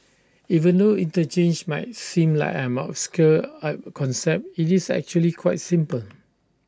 even though interchange might seem like an obscure concept IT is actually quite simple